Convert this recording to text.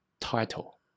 title